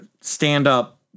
stand-up